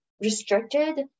restricted